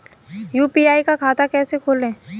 UPI का खाता कैसे खोलें?